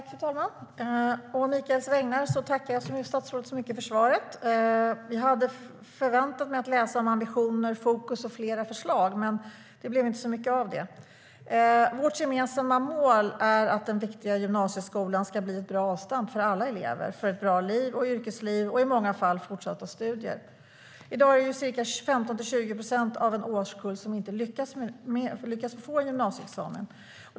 Fru talman! Å Michael Svenssons vägnar tackar jag statsrådet så mycket för svaret. Jag hade förväntat mig att höra om ambitioner, fokus och flera förslag, men det blev inte så mycket av det.I dag är det ca 15-20 procent av en årskull som inte lyckas få en gymnasieexamen.